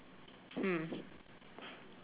hmm